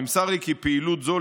נמסר לי כי פעילות זו,